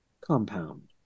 compound